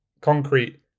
concrete